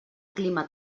clima